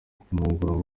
kuyungurura